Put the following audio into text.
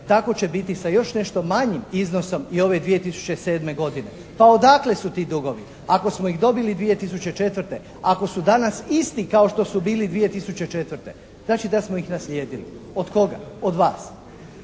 tako će biti sa još nešto manjim iznosom i ove 2007. godine. Pa odakle su ti dugovi? Ako smo ih dobili 2004., ako su danas isti kao što su bili 2004. znači da smo ih naslijedili. Od koga? Od vas.